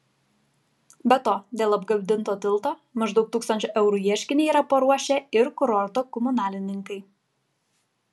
be to dėl apgadinto tilto maždaug tūkstančio eurų ieškinį yra paruošę ir kurorto komunalininkai